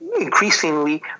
increasingly